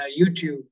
YouTube